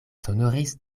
sonoris